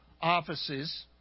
offices